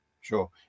Sure